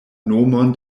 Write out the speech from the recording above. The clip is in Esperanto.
nomon